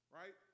right